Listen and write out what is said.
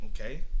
okay